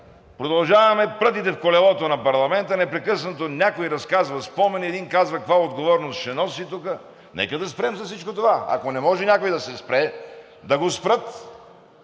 Продължаваме с прътите в колелото на парламента – непрекъснато някой разказва спомени, един казва каква отговорност ще носи тук! Нека да спрем с всичко това! Ако не може някой да се спре, да го спрат!